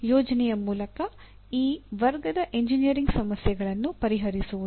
ಯೋಜನೆಯ ಮೂಲಕ ಈ ವರ್ಗದ ಎಂಜಿನಿಯರಿಂಗ್ ಸಮಸ್ಯೆಗಳನ್ನು ಪರಿಹರಿಸುವುದು